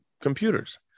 computers